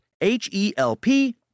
H-E-L-P